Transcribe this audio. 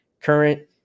current